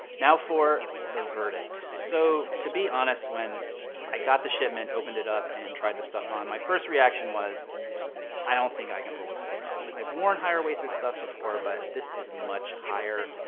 now for the verdict. so, to be honest, when i got the shipment, opened it up, and tried the stuff on, my first reaction was i don't think i can pull this look off. i've worn higher waisted stuff before but this is much higher.